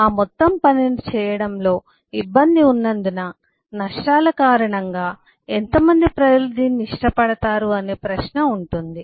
ఆ మొత్తం పనిని చేయడంలో ఇబ్బంది ఉన్నందున నష్టాల కారణంగా ఎంత మంది ప్రజలు దీన్ని ఇష్టపడతారు అనే ప్రశ్న ఉంటుంది